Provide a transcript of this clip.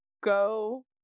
go